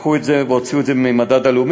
לקחו את זה והוציאו את זה מהמדד הלאומי,